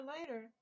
later